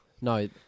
No